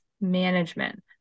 management